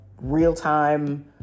real-time